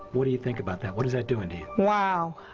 what do you think about that? what is that doing do you? wow.